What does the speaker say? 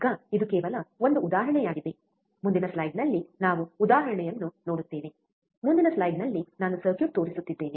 ಈಗ ಇದು ಕೇವಲ ಒಂದು ಉದಾಹರಣೆಯಾಗಿದೆ ಮುಂದಿನ ಸ್ಲೈಡ್ನಲ್ಲಿ ನಾವು ಉದಾಹರಣೆಯನ್ನು ನೋಡುತ್ತೇವೆ ಮುಂದಿನ ಸ್ಲೈಡ್ನಲ್ಲಿ ನಾನು ಸರ್ಕ್ಯೂಟ್ ತೋರಿಸುತ್ತಿದ್ದೇನೆ